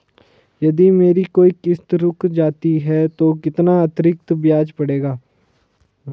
यदि मेरी कोई किश्त रुक जाती है तो कितना अतरिक्त ब्याज पड़ेगा?